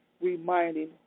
reminding